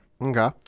Okay